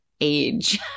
age